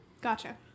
Gotcha